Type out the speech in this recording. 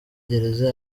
gereza